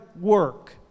work